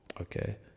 Okay